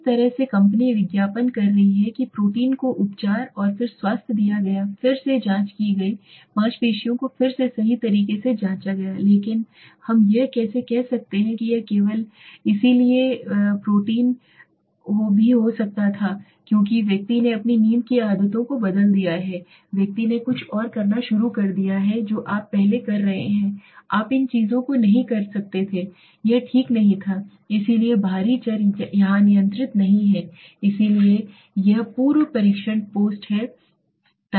इस तरह से कंपनी विज्ञापन कर रही है कि प्रोटीन को उपचार और फिर स्वास्थ्य दिया गया फिर से जाँच की गई मांसपेशियों को फिर से सही तरीके से जांचा गया लेकिन हम यह कैसे कह सकते हैं कि यह केवल इसलिए हैयह प्रोटीन भी हो सकता था क्योंकि व्यक्ति ने अपनी नींद की आदतों को बदल दिया है व्यक्ति ने कुछ और करना शुरू कर दिया है जो आप पहले कर रहे हैं आप इन चीजों को नहीं कर रहे थे यहाँ ठीक से नहीं लिया गया है इसलिए बाहरी चर यहाँ नियंत्रित नहीं हैं इसलिए यह पूर्व परीक्षण पोस्ट है परीक्षा